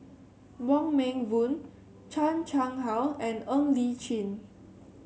Wong Meng Voon Chan Chang How and Ng Li Chin